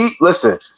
listen